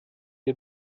sie